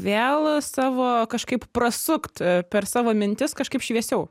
vėl savo kažkaip prasukt per savo mintis kažkaip šviesiau